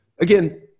again